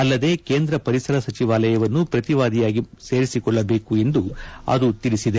ಅಲ್ಲದೇ ಕೇಂದ್ರ ಪರಿಸರ ಸಚಿವಾಲಯವನ್ನು ಪ್ರತಿವಾದಿಯಾಗಿ ಸೇರಿಸಿಕೊಳ್ಳಬೇಕು ಎಂದು ಅದು ತಿಳಿಸಿದೆ